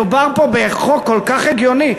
מדובר פה בחוק כל כך הגיוני.